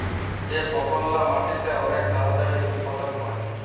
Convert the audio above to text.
যে ফসললা মাটিতে অলেক তাড়াতাড়ি উৎপাদল হ্যয়